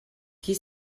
qui